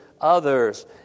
others